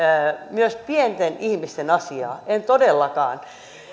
myös pienten ihmisten asiaa en todellakaan